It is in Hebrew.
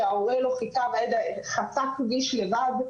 כשההורה לא חיכה והילד חצה כביש לבד.